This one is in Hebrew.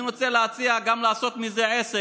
אני רוצה להציע גם לעשות מזה עסק,